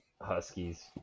Huskies